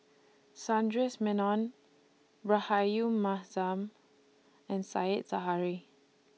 Sundaresh Menon Rahayu Mahzam and Said Zahari